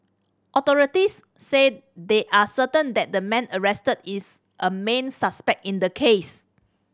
authorities said they are certain that the man arrested is a main suspect in the case